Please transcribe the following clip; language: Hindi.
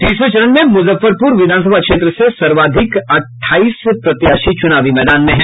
तीसरे चरण में मुजफ्फरपुर विधानसभा क्षेत्र से सर्वाधिक अट्ठाईस प्रत्याशी चुनावी मैदान में है